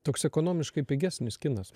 toks ekonomiškai pigesnis kinas